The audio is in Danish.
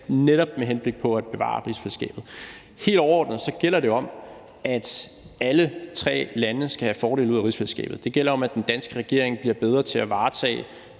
netop med henblik på at bevare rigsfællesskabet. Helt overordnet gælder det om, at alle tre lande skal have fordele ud af rigsfællesskabet. Det gælder om, at den danske regering bliver bedre til at varetage